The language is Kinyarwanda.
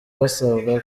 basabwa